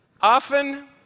Often